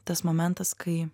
tas momentas kai